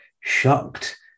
shocked